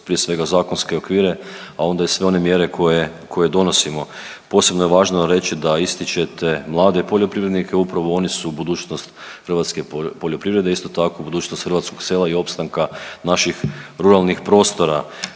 prije svega zakonske okvire, a onda i sve one mjere koje donosimo. Posebno je važno reći da ističete mlade poljoprivrednike. Upravo oni su budućnost hrvatske poljoprivrede, isto tako budućnost hrvatskog sela i opstanka naših ruralnih prostora.